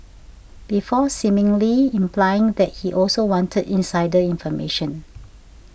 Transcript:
before seemingly implying that he also wanted insider information